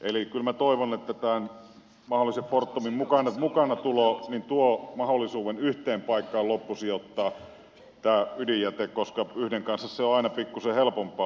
eli kyllä minä toivon että tämä mahdollinen fortumin mukaantulo tuo mahdollisuuden yhteen paikkaan loppusijoittaa tämä ydinjäte koska yhden kanssa se on aina pikkuisen helpompaa